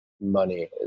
money